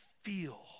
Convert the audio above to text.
feel